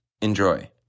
Enjoy